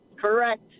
correct